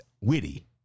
witty